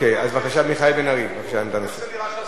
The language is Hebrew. בבקשה, מיכאל בן-ארי, עמדה נוספת.